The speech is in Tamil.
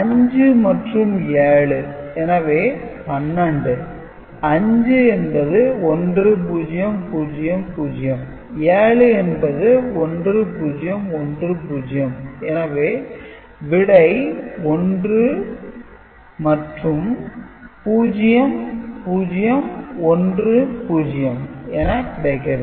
5 மற்றும் 7 எனவே 12 5 என்பது 1000 7 என்பது 1010 எனவே விடை 1 மற்றும் 0010 என கிடைக்கிறது